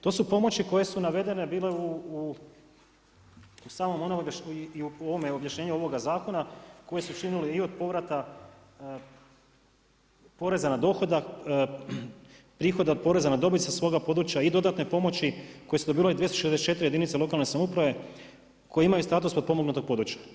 To su pomoći koje su navedene bile u samom onom i u ovome objašnjenju ovoga zakona koje su činile i od povrata poreza na dohodak, prihoda od poreza na dobit sa svoga područja i dodatne pomoći koje su dobivale 264 jedinice lokalne samouprave koje imaju status potpomognutog područja.